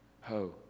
Ho